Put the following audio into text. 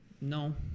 No